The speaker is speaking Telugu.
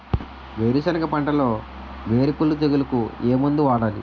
వేరుసెనగ పంటలో వేరుకుళ్ళు తెగులుకు ఏ మందు వాడాలి?